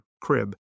crib